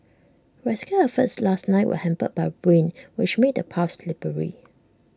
rescue efforts last night were hampered by rain which made the paths slippery